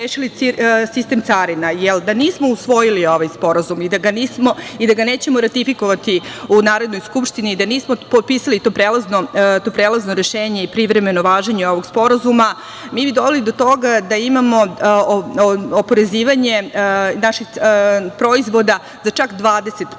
kako bi rešili sistem carina. Da nismo usvojili ovaj sporazum i da ga nećemo ratifikovati u Narodnoj skupštini i da nismo potpisalo to prelazno rešenje i privremeno važenje ovog sporazuma, mi bi doveli do toga da imamo oporezivanje proizvoda za čak 20%.To